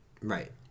Right